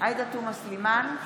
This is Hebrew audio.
עאידה תומא סלימאן,